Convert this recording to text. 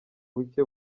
buke